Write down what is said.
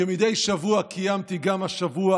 כמדי שבוע קיימתי גם השבוע